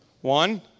One